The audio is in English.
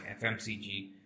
FMCG